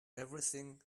everything